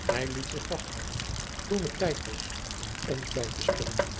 ij liet zich vasthouden toen het tijd was om ons bij te springen